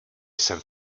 jsem